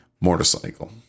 motorcycle